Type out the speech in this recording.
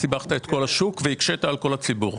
סיבכת את כל השוק והקשית על כל הציבור.